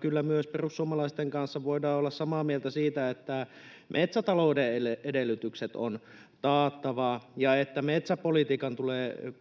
kyllä myös perussuomalaisten kanssa voidaan olla samaa mieltä siitä, että metsätalouden edellytykset on taattava ja että metsäpolitiikan tulee